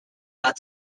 out